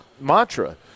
mantra